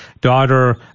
daughter